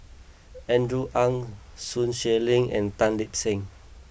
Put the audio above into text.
Andrew Ang Sun Xueling and Tan Lip Seng